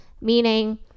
Meaning